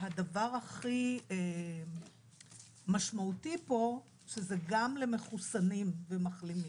הדבר הכי משמעותי פה, שזה גם למחוסנים ומחלימים.